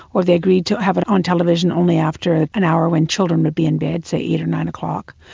or they agreed to have it on television only after an hour when children would be in bed, say, eight or nine o'clock,